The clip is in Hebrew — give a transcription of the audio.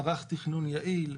מערך תכנון יעיל,